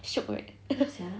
shiok right